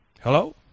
Hello